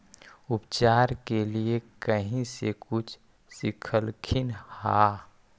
उपचार के लीये कहीं से कुछ सिखलखिन हा?